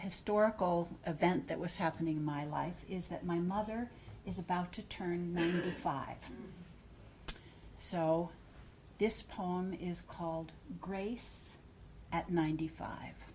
historical event that was happening in my life is that my mother is about to turn five so this poem is called grace at ninety five